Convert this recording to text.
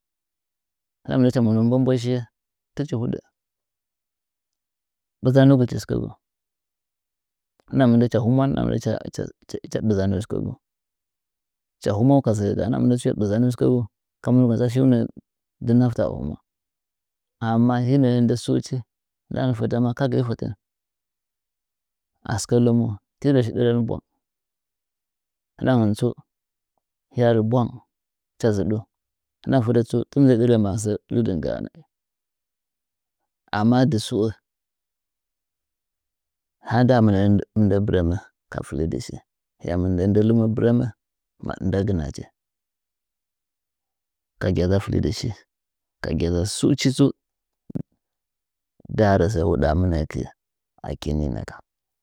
Ndɨda mɨnde cha monu mbomboi shiye tɨchi huɗɚ ɓɨza nugɨchi sɨkɚgu ndɨɗa mɨndɚ cha hɨmwau ndɨɗa mɨndɚ cha cha cha ɓɨzanu sɨkɚgu cha hɨmwau ka sɚ gaa ndɨɗa mɨndɚ cha ɓɨzanu sɨkɚgu ka ɓaza shih nɚɚ dɨ nafta a hɨmwa amma hɨ nɚɚ ndɨ stuchi ndɨɗangɚn fetɚ ma kagɨye fɚtɚn a sɨkɚ lɨmo tɨrɚ shi dɨrɚn bwang ndɨ dangɚn tsu hɨyarɚ bwang hɨchang ndɨ dangɚn tsu hɨyarɚ bwang hɨcha zɨɗuu ndɨɗa fɚtɚ tsuu tɨmɨndɚ dɨrɚ masɚɚ ɗɨrdɨn ggaa nɚɚ amma dɨ sɨo ha nda mɨ nɚɚ mɨndɚ bɨrɚmɚ ka fɨlidɨ shi ndɨ lɨma bɨrɚmɚ nda gɨna chi ka gyaza fɚhdɨ shi ka gyaza sɨuchi tsu ndarɚ sɚɚ huɗaa mɨnɚɚ kɨe akini negha.